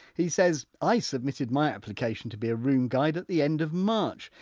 he says i submitted my application to be a room guide at the end of march.